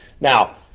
Now